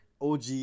OG